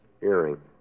Earring